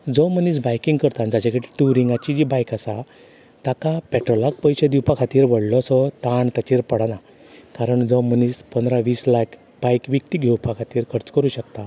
जो मनीस बायकींग करता आनी जाचे कडेन टुरींगची जी बायक आसा ताका पेट्रोलाक पयशे दिवपा खातीर व्हडलोसो ताण ताचेर पडना कारण जो मनीस पंदरा वीस लाक बायक विकती घेवपा खातीर खर्च करूं शकता